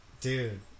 dude